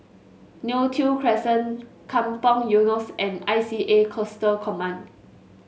Neo Tiew Crescent Kampong Eunos and I C A Coastal Command